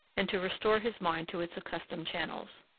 and to restore his mind to its accustomed channels.